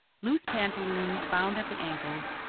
loose pantaloons, bound at the ankles,